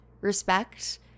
respect